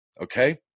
okay